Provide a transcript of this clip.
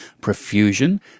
Profusion